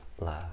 love